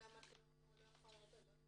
אני לא מבינה למה שלחו אותך.